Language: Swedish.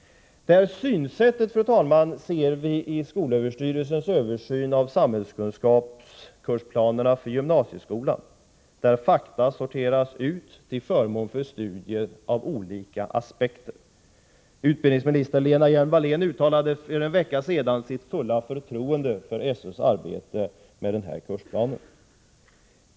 Detta synsätt ser vi i skolöverstyrelsens översyn av samhällskunskapskursplanerna för gymnasieskolan, där fakta sorteras ut till förmån för studier av olika aspekter. Utbildningsminister Lena Hjelm Wallén uttalade för en vecka sedan sitt fulla förtroende för SÖ:s arbete med denna kursplan.